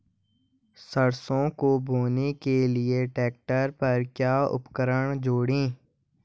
सरसों को बोने के लिये ट्रैक्टर पर क्या उपकरण जोड़ें?